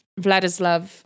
Vladislav